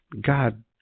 God